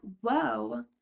whoa